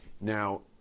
Now